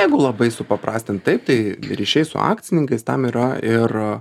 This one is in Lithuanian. jeigu labai supaprastint taip tai ryšiai su akcininkais tam yra ir